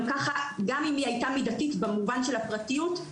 גם אם היא הייתה מידתית במובן של הפרטיות,